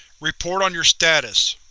report on your status.